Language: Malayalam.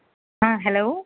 ആ ഹലോ